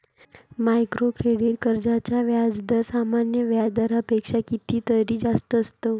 micro credit कर्जांचा व्याजदर सामान्य व्याज दरापेक्षा कितीतरी जास्त असतो